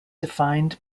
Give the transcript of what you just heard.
defined